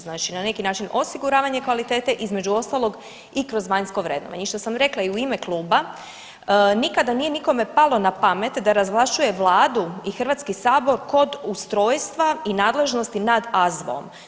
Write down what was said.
Znači na neki način osiguravanje kvalitete između ostalog i kroz vanjsko vrednovanje i što sam rekla u ime kluba, nikada nije nikome palo na pamet da razvlašćuje Vladu i Hrvatski sabor kod ustrojstva i nadležnosti nad AZVO.